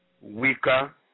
weaker